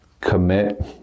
Commit